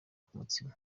k’umutsima